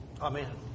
Amen